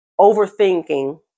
overthinking